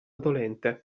dolente